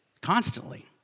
constantly